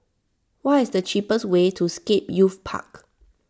what is the cheapest way to Scape Youth Park